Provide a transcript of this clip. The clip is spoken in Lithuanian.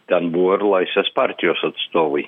ten buvo ir laisvės partijos atstovai